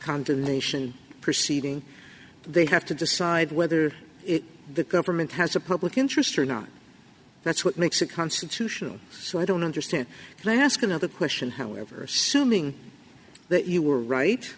condemnation proceeding they have to decide whether the government has a public interest or not that's what makes a constitutional so i don't understand and i ask another question however assuming that you were right